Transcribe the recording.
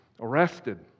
arrested